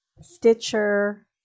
stitcher